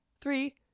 three